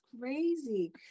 crazy